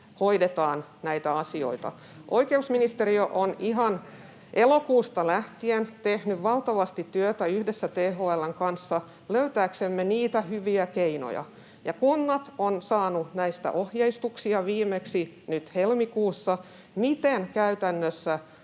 hoidetaan näitä asioita. Oikeusministeriö on ihan elokuusta lähtien tehnyt valtavasti työtä yhdessä THL:n kanssa löytääksemme niitä hyviä keinoja, ja kunnat ovat saaneet viimeksi nyt helmikuussa ohjeistuksia,